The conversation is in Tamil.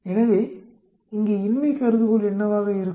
எனவே இங்கே இன்மை கருதுகோள் என்னவாக இருக்கும்